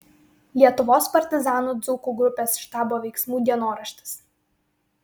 lietuvos partizanų dzūkų grupės štabo veiksmų dienoraštis